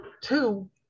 two